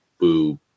boo